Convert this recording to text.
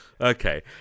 Okay